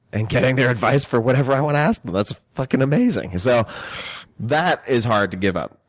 and getting their advice for whatever i want to ask them. that's fucking amazing. so that is hard to give up.